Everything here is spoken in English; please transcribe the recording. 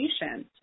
patients